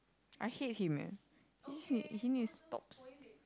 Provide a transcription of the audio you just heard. I hate him eh he just need he needs to stops